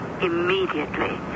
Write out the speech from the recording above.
immediately